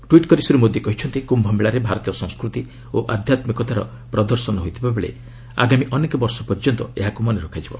tweet କରି ଶ୍ରୀ ମୋଦି କହିଛନ୍ତି କ୍ୟୁମେଳାରେ ଭାରତୀୟ ସଂସ୍କୃତି ଓ ଆଧ୍ୟାତ୍ମିକତାର ପ୍ରଦର୍ଶନ ହୋଇଥିବାବେଳେ ଆଗାମୀ ଅନେକ ବର୍ଷ ପର୍ଯ୍ୟନ୍ତ ଏହାକୁ ମନେ ରଖାଯିବ